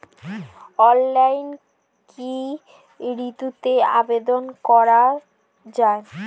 অনলাইনে কি ঋনের আবেদন করা যায়?